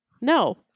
no